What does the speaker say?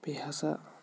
بیٚیہِ ہسا